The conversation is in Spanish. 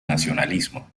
nacionalismo